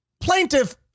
plaintiff